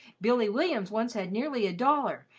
billy williams once had nearly a dollar,